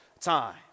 time